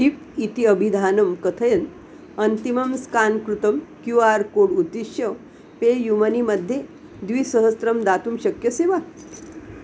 tip इति अभिधानं कथयन् अन्तिमं स्कान् कृतं क्यू आर् कोड् उद्दिश्य पे यू मनी मध्ये द्विसहस्रं दातुं शक्यते वा